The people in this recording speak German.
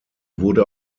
wurde